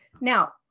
now